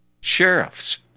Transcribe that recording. Sheriff's